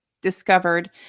discovered